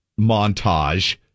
montage